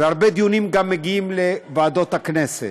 והרבה דיונים גם מגיעים לוועדת הכנסת,